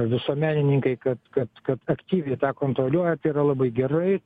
visuomenininkai kad kad kad aktyviai tą kontroliuoja tai yra labai gerai